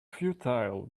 futile